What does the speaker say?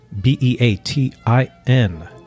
B-E-A-T-I-N